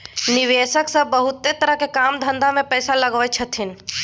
निवेशक सब बहुते तरह के काम धंधा में पैसा लगबै छथिन